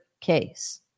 case